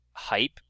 Hype